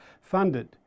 funded